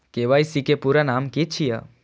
KYC के पूरा नाम की छिय?